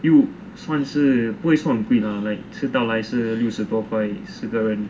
又不会算很贵 lah like 吃到来是多六十块四个人